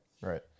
right